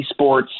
esports